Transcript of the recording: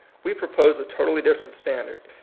we pro pose a totally different standai d.